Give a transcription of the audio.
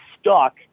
stuck